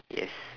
yes